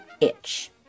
itch